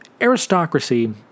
aristocracy